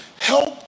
help